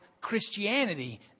Christianity